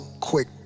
quick